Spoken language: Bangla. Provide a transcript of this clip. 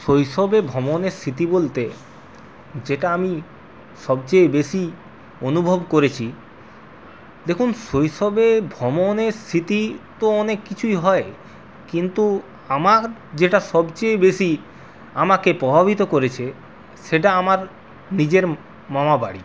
শৈশবের ভ্রমণের স্মৃতি বলতে যেটা আমি সবচেয়ে বেশি অনুভব করেছি দেখুন শৈশবে ভ্রমণের স্মৃতি তো অনেক কিছুই হয় কিন্তু আমার যেটা সবচেয়ে বেশি আমাকে প্রভাবিত করেছে সেটা আমার নিজের মামাবাড়ি